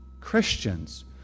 Christians